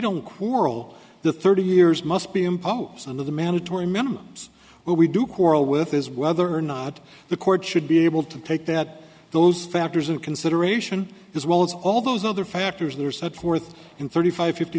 don't quarrel the thirty years must be impulse and the mandatory minimums we do quarrel with is whether or not the court should be able to take that those factors in consideration as well as all those other factors that are set forth in thirty five fifty